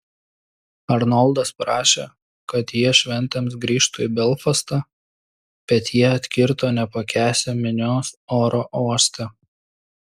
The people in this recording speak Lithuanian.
arnoldas prašė kad jie šventėms grįžtų į belfastą bet jie atkirto nepakęsią minios oro uoste